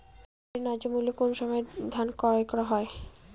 সরকারি ন্যায্য মূল্যে কোন সময় ধান ক্রয় করা হয়?